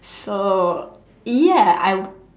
so ya I